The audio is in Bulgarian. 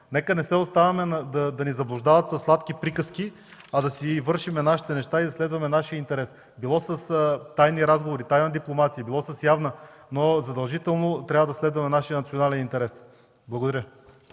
Нека не се оставяме да ни заблуждават със сладки приказки, а да си вършим нашите неща и да следваме нашия интерес, било то с тайни разговори, тайна дипломация, било с явна, но задължително трябва да следваме нашия национален интерес! Благодаря.